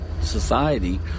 society